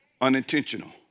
unintentional